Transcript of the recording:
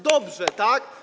Dobrze, tak?